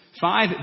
five